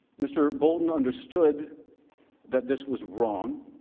mr bolton understood that this was wrong.